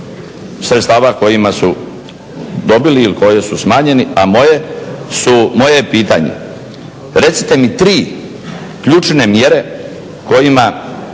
sredstava kojima su dobili ili koji su smanjeni. A moje je pitanje recite mi tri ključne mjere kojima